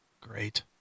great